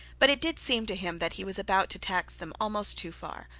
but it did seem to him that he was about to tax them almost too far.